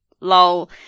Lol